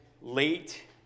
late